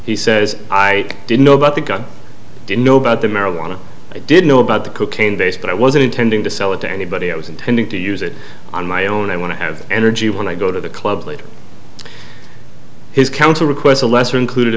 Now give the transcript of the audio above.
he says i didn't know about the gun didn't know about the marijuana i did know about the cocaine base but i wasn't intending to sell it to anybody i was intending to use it on my own i want to have energy when i go to the club later his counsel requests a lesser included